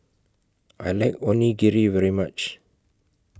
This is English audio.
I like Onigiri very much